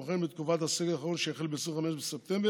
כמו כן, בתקופת הסגר האחרון, שהחל ב-25 בספטמבר,